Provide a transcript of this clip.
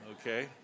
okay